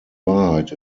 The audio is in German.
wahrheit